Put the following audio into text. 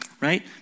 right